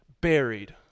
buried